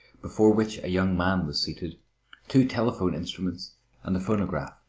before which a young man was seated two telephone instruments and a phonograph.